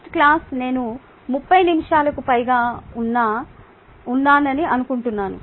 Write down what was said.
first class నేను 30 నిముషాలకు పైగా ఉన్నానని అనుకుంటున్నాను